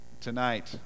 Tonight